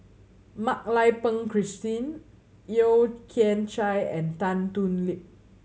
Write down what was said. Mak Lai Peng Christine Yeo Kian Chai and Tan Thoon Lip